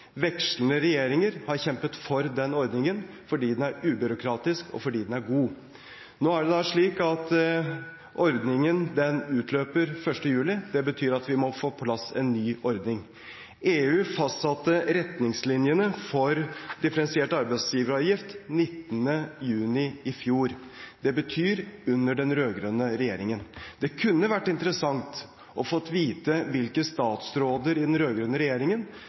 regjeringer har kjempet for den ordningen fordi den er ubyråkratisk, og fordi den er god. Nå er det slik at ordningen utløper 1. juli. Det betyr at vi må få på plass en ny ordning. EU fastsatte retningslinjene for differensiert arbeidsgiveravgift 19. juni i fjor, det betyr under den rød-grønne regjeringen. Det kunne vært interessant å få vite hvilke statsråder i den rød-grønne regjeringen